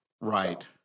Right